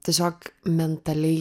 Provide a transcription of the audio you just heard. tiesiog mentaliai